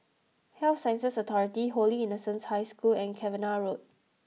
Health Sciences Authority Holy Innocents' High School and Cavenagh Road